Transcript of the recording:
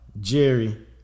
Jerry